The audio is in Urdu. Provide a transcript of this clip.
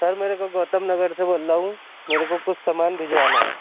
سر میرے کو گوتم نگر سے بول رہا ہوں میرے کو کچھ سامان بھجوانا ہے